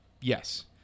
yes